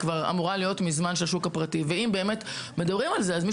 היא אמורה להיות מזמן של השוק הפרטי ואם באמת מדברים על זה אז מי